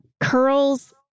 curls